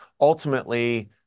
ultimately